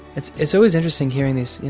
it's it's always interesting hearing these, you